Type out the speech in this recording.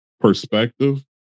Perspective